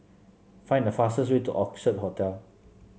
find the fastest way to Orchid Hotel